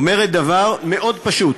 אומרת דבר מאוד פשוט: